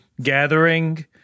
gathering